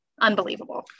unbelievable